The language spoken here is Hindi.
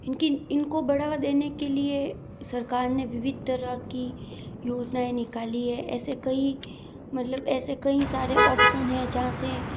इनकी इनको बढ़ावा देने के लिए सरकार ने विविध तरह की योजनाएं निकाली है ऐसे कई मतलब ऐसे कई सारे ऑप्सन है जहाँ से